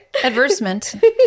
adversement